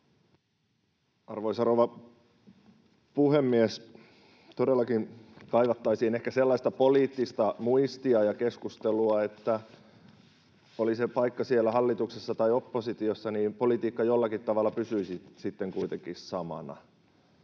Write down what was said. Arvoisa rouva puhemies! Todellakin kaivattaisiin ehkä sellaista poliittista muistia ja keskustelua, että oli se paikka siellä hallituksessa tai oppositiossa, niin politiikka jollakin tavalla pysyisi sitten kuitenkin samana.